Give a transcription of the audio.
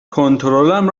کنترلم